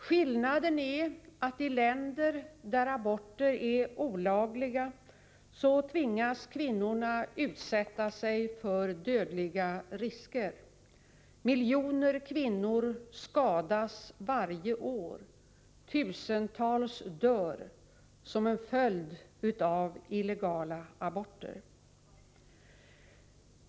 Skillnaden är att i länder där aborter är olagliga tvingas kvinnorna utsätta sig för dödliga risker. Miljoner kvinnor skadas varje år — tusentals dör — som en följd av illegala aborter.